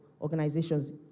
organizations